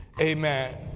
Amen